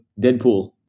deadpool